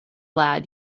lad